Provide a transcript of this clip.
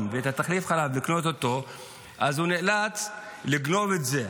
ולקנות את תחליף החלב אז הוא נאלץ לגנוב את זה.